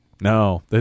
No